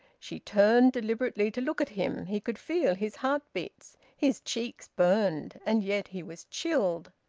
she turned deliberately to look at him. he could feel his heart-beats. his cheeks burned, and yet he was chilled.